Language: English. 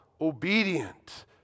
obedient